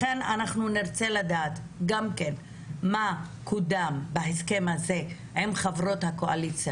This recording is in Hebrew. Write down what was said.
לכן נרצה לדעת מה קודם בהסכם הזה עם חברות הקואליציה,